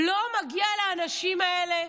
לא מגיע לאנשים האלה